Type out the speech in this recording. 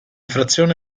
frazioni